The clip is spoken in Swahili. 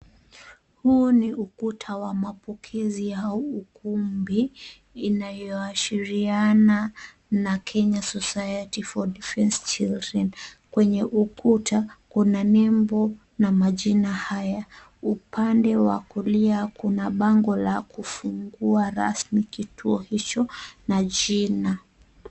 Huu ni ukuta wa mapokezi ya ukumbi inayoashiriana na Kenya Society For Defence Children. Kwenye ukuta kuna nembo na majina haya. Upande wa kulia kuna bango la kufungua rasmi kituo hicho na jina.